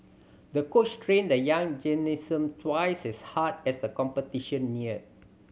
the coach trained the young gymnast twice as hard as the competition neared